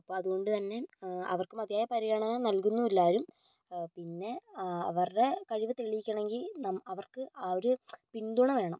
അപ്പോൾ അതുകൊണ്ടു തന്നെ അവർക്ക് മതിയായ പരിഗണന നൽകുന്നുമില്ല ആരും പിന്നെ അവരുടെ കഴിവ് തെളിയിക്കണമെങ്കിൽ നം അവർക്ക് ആ ഒരു പിന്തുണ വേണം